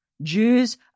Jews